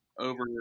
over